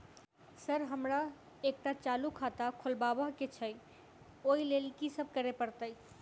Sir हमरा एकटा चालू खाता खोलबाबह केँ छै ओई लेल की सब करऽ परतै?